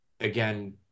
again